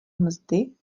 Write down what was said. mzdy